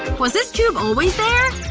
was this tube always there?